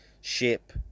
ship